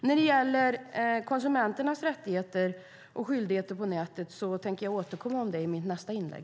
När det gäller konsumenternas rättigheter och skyldigheter på nätet tänker jag återkomma i mitt nästa inlägg.